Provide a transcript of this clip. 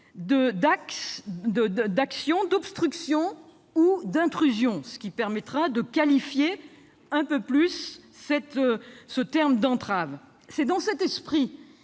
d'actes d'obstruction ou d'intrusion, ce qui permettra de qualifier un peu plus le terme « entrave ». C'est dans cet esprit